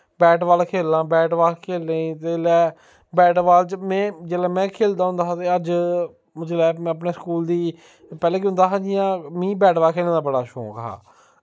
bat ball खेढना bat ball खेढने जिसलै बैट बॉल च में जिसलै में खेढदा होंदा हा ते अज्ज जिसलै में अपने स्कूल दी पैह्लें केह् होंदा हा जि'यां मीं बैट बॉल खेढने दा बड़ा शौंक हा